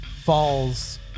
falls